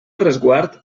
resguard